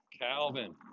calvin